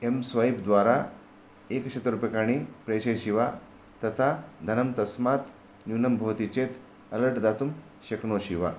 M swipe द्वारा एकशत् रूप्यकाणि प्रेषयसि वा तथा धनं तस्मात् न्यूनं भवति चेत् अलर्ट् दातुं शक्नोषि वा